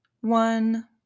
one